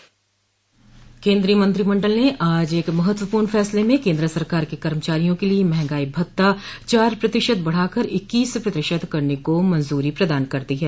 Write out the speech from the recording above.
केन्द्रीय मंत्रिमंडल ने आज एक महत्वपूर्ण फैसले में केन्द्र सरकार के कर्मचारियों के लिए मंहगाई भत्ता चार प्रतिशत बढ़ाकर इक्कीस प्रतिशत करने को मंजूरी प्रदान कर दी है